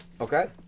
Okay